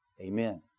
Amen